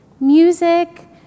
Music